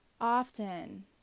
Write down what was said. often